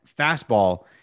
fastball